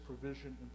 provision